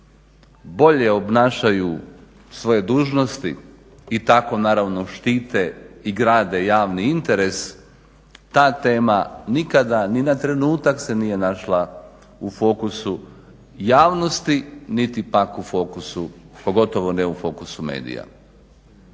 bolje obnašaju svoje dužnosti i tako naravno štite i grade javni interes ta tema nikada ni na trenutak se nije našla u fokusu javnosti niti pak u fokusu, pogotovo ne u fokusu medija.